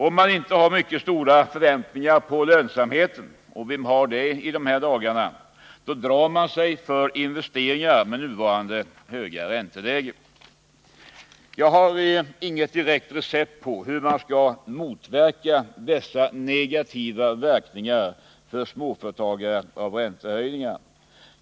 Om man inte har mycket stora förväntningar på lönsamheten — och vem har det i dessa dagar? — drar man sig för investeringar med nuvarande höga ränteläge. Jag har inget recept på hur man skall motverka dessa negativa verkningar för småföretagare av räntehöjningar.